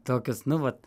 tokius nu vat